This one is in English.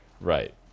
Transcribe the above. right